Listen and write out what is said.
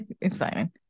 exciting